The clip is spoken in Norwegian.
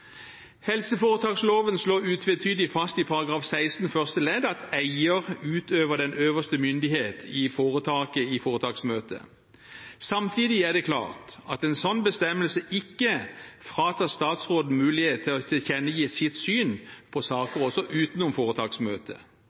helseforetaksloven. Helseforetaksloven slår utvetydig fast i § 16 første ledd: «Eier utøver den øverste myndighet i foretak i foretaksmøte.» Samtidig er det klart at en sånn bestemmelse ikke fratar statsråden mulighet til å tilkjennegi sitt syn på saker også utenom foretaksmøtet.